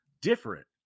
different